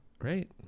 right